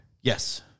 Yes